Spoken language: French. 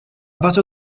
partir